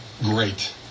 great